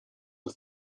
the